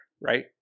right